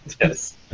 Yes